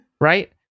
right